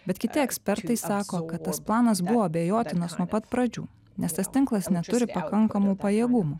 bet kiti ekspertai sako kad tas planas buvo abejotinas nuo pat pradžių nes tas tinklas neturi pakankamų pajėgumų